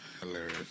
Hilarious